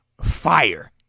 fire